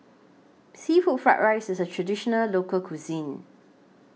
Seafood Fried Rice IS A Traditional Local Cuisine